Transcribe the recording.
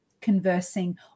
conversing